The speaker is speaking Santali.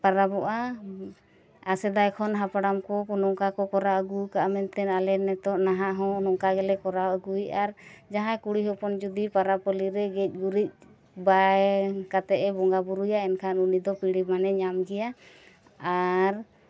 ᱯᱚᱨᱚᱵᱚᱜᱼᱟ ᱟᱨ ᱥᱮᱫᱟᱭ ᱠᱷᱚᱱ ᱦᱟᱯᱲᱟᱢ ᱠᱚ ᱱᱚᱝᱠᱟ ᱠᱚ ᱠᱚᱨᱟᱣ ᱟᱹᱜᱩ ᱟᱠᱟᱜᱼᱟ ᱢᱮᱱᱛᱮ ᱟᱞᱮ ᱱᱤᱛᱚᱜ ᱱᱟᱦᱟᱜ ᱦᱚᱸ ᱚᱱᱠᱟ ᱜᱮᱞᱮ ᱠᱚᱨᱟᱣ ᱟᱹᱜᱩᱭᱮᱫᱼᱟ ᱟᱨ ᱡᱟᱦᱟᱸᱭ ᱠᱩᱲᱤ ᱦᱚᱯᱚᱱ ᱡᱩᱫᱤ ᱯᱚᱨᱚᱵᱽ ᱯᱟᱹᱞᱤᱨᱮ ᱜᱮᱡ ᱜᱩᱨᱤᱡ ᱵᱟᱭ ᱠᱟᱛᱮᱫ ᱮ ᱵᱚᱸᱜᱟᱼᱵᱩᱨᱩᱭᱟ ᱮᱱᱠᱷᱟᱱ ᱩᱱᱤ ᱫᱚ ᱯᱤᱲᱦᱤ ᱢᱟᱹᱱᱮ ᱧᱟᱢ ᱜᱮᱭᱟ ᱟᱨ